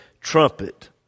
trumpet